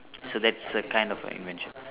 so that's a kind of err invention